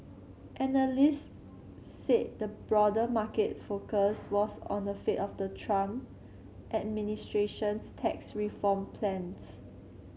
analysts said the broader market focus was on the fate of the Trump administration's tax reform plans